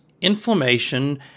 inflammation